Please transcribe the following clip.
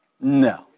No